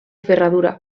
ferradura